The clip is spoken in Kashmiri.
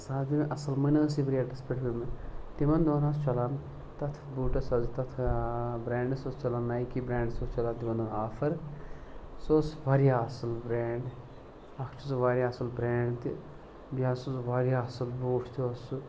اَصٕل بَنیو سُہ ریٹَس پٮ۪ٹھ تِمَن دۄہَن اوس چَلان تَتھ بوٗٹَس حظ تَتھ برٛینٛڈَس اوس نَیکی برٛینٛڈَس اوس چَلان تِمَن دۄہَن آفَر سُہ اوس واریاہ اَصٕل برٛینٛڈ اَکھ چھِ سُہ واریاہ اَصٕل برٛینٛڈ تہِ بیٚیہِ حظ چھِ سُہ واریاہ اَصٕل بوٗٹھ تہِ اوس سُہ